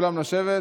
כולם לשבת.